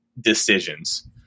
decisions